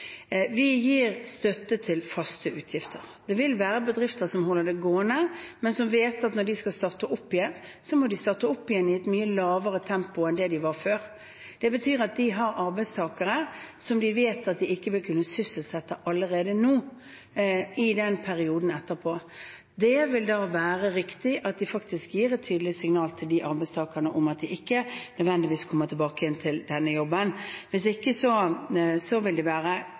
Vi gir støtte til faste utgifter. Det vil være bedrifter som holder det gående, men som vet at når de skal starte opp igjen, må de starte opp igjen i et mye lavere tempo enn det de hadde før. Det betyr at de har arbeidstakere som de allerede nå vet at de ikke vil kunne sysselsette i perioden etterpå. Det vil da være riktig at de gir et tydelig signal til arbeidstakerne om at de ikke nødvendigvis kommer tilbake igjen til denne jobben. Hvis ikke vil de